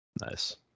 Nice